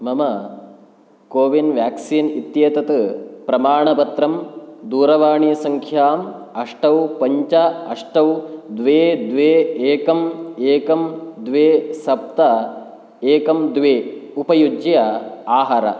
मम CoWIN vaccine इत्येतत् प्रमाणपत्रं दूरवाणीसङ्ख्यां अष्ट पञ्च अष्ट द्वे द्वे एकम् एकं द्वे सप्त एकं द्वे उपयुज्य आहर